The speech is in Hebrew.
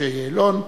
משה יעלון,